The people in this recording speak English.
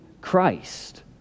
Christ